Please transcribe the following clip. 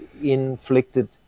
inflicted